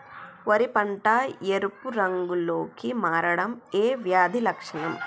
వరి పంట ఎరుపు రంగు లో కి మారడం ఏ వ్యాధి లక్షణం?